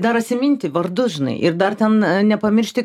dar asiminti vardus žinai ir dar ten nepamiršti